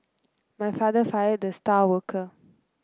my father fired the star worker